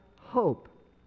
hope